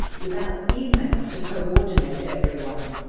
without email to co-ordinate everyone.